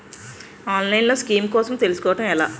ఆన్లైన్లో స్కీమ్స్ కోసం తెలుసుకోవడం ఎలా?